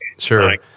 Sure